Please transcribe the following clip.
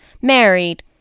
married